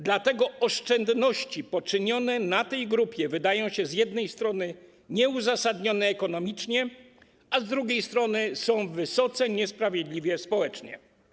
Dlatego oszczędności poczynione na tej grupie wydają się z jednej strony nieuzasadnione ekonomiczne, a z drugiej strony są wysoce niesprawiedliwe społecznie.